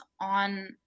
on